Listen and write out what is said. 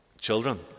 children